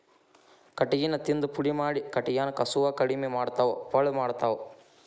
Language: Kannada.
ಕಟಗಿನ ತಿಂದ ಪುಡಿ ಮಾಡಿ ಕಟಗ್ಯಾನ ಕಸುವ ಕಡಮಿ ಮಾಡತಾವ ಪಳ್ಳ ಮಾಡತಾವ